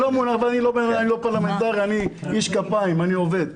לא, אני לא פרלמנטר, אני איש כפיים, אני עובד.